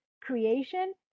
creation